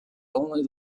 only